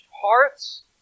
hearts